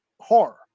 horror